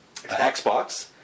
Xbox